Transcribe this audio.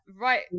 right